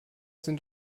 sind